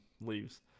leaves